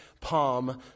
Palm